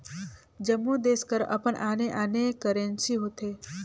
जम्मो देस कर अपन आने आने करेंसी होथे